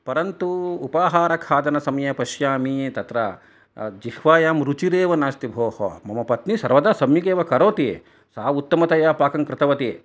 परन्तु उपाहारखादनसमये पश्यामि तत्र जिह्वायां रुचिरेव नास्ति भोः मम पत्नी सम्यक् एव करोति सा उत्तमतया पाकं कृतवती